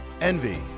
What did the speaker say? Envy